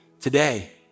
today